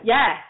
Yes